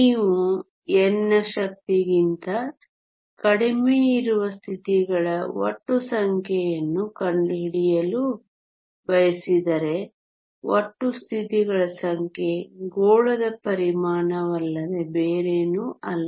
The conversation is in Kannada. ನೀವು n ನ ಶಕ್ತಿಗಿಂತ ಕಡಿಮೆ ಇರುವ ಸ್ಥಿತಿಗಳ ಒಟ್ಟು ಸಂಖ್ಯೆಯನ್ನು ಕಂಡುಹಿಡಿಯಲು ಬಯಸಿದರೆ ಒಟ್ಟು ಸ್ಥಿತಿಗಳ ಸಂಖ್ಯೆ ಗೋಳದ ಪರಿಮಾಣವಲ್ಲದೆ ಬೇರೇನೂ ಅಲ್ಲ